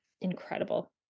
incredible